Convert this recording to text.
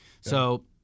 So-